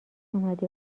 اومدی